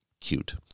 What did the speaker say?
cute